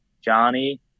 Johnny